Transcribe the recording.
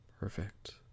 perfect